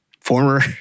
former